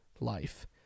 life